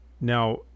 Now